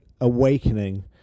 awakening